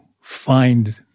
find